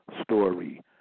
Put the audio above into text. story